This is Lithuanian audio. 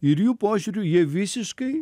ir jų požiūriu jie visiškai